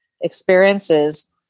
experiences